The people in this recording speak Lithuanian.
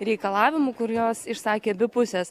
reikalavimų kuriuos išsakė abi pusės